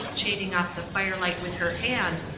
shading off the firelight with her hand,